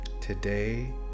Today